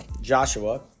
Joshua